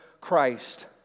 Christ